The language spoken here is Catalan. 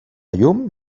llum